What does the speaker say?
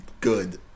Good